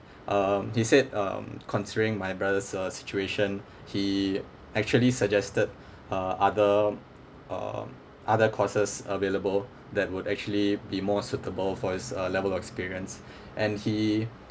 uh he said um considering my brother's uh situation he actually suggested uh other um other courses available that would actually be more suitable for his uh level of experience and he